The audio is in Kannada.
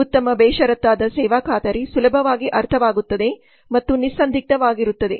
ಉತ್ತಮ ಬೇಷರತ್ತಾದ ಸೇವಾ ಖಾತರಿ ಸುಲಭವಾಗಿ ಅರ್ಥವಾಗುತ್ತದೆ ಮತ್ತು ನಿಸ್ಸಂದಿಗ್ಧವಾಗಿರುತ್ತದೆ